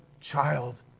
child